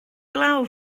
glaw